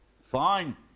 fine